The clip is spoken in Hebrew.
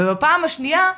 ובפעם השנייה,